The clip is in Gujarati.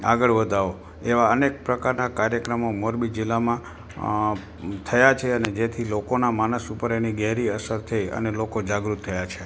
આગળ વધાવો એવા અનેક પ્રકારના કાર્યક્રમો મોરબી જિલ્લામાં અં થયા છે અને જેથી લોકોના માનસ ઉપર એની ઘેરી અસર થઇ અને લોકો જાગૃત થયા છે